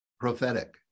prophetic